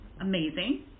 amazing